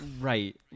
Right